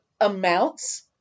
amounts